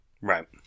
Right